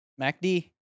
MACD